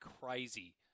crazy